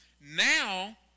now